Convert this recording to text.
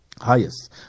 highest